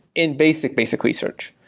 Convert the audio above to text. in basic, basic research,